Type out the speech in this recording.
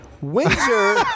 Windsor